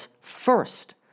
first